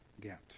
get